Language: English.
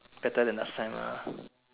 better than last time ah